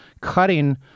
cutting